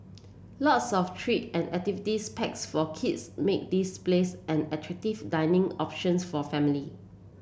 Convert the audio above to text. lots of treat and activities packs for kids make this place an attractive dining options for family